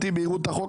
אי בהירות החוק,